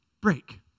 Break